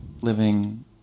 living